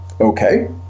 okay